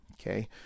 okay